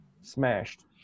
smashed